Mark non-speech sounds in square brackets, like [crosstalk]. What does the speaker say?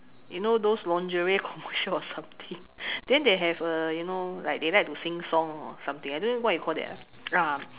you know those lingerie commercial or something [laughs] then they have uh you know like they like to sing song or something I don't know what you call that ah